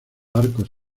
arcos